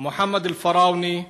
מוחמד אל-פראונה,